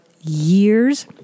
years